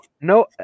no